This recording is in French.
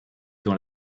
dans